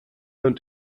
und